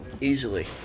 Easily